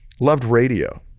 loved radio